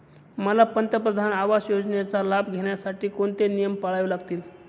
मला पंतप्रधान आवास योजनेचा लाभ घेण्यासाठी कोणते नियम पाळावे लागतील?